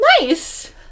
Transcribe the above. nice